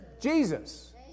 Jesus